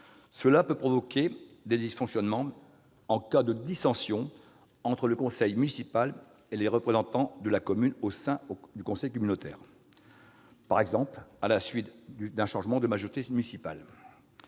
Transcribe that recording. Cela peut provoquer des dysfonctionnements en cas de dissensions entre le conseil municipal et les représentants de la commune au sein du conseil communautaire, par exemple à la suite d'un changement de majorité municipale.